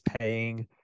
paying